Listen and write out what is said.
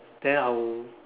then I will